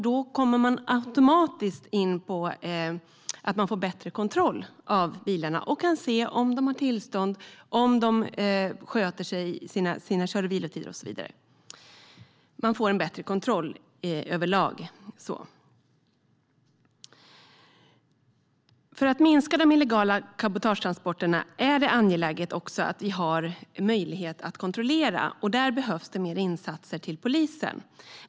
Då kommer man automatiskt att få bättre kontroll på bilarna, och man kan se om de har tillstånd, om de sköter sina kör och vilotider och så vidare. Man får en bättre kontroll överlag. För att minska de illegala cabotagetransporterna är det angeläget att vi har möjlighet att kontrollera, och där behövs det mer insatser från polisen.